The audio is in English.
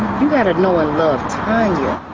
you got to know and love tonya.